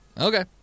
Okay